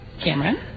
Cameron